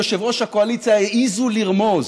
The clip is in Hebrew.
יושב-ראש הקואליציה העזו לרמוז